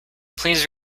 please